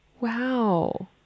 Wow